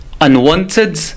unwanted